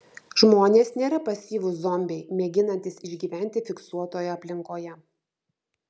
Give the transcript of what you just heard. žmonės nėra pasyvūs zombiai mėginantys išgyventi fiksuotoje aplinkoje